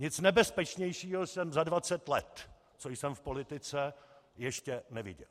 Nic nebezpečnějšího jsem za 20 let, co jsem v politice, ještě neviděl.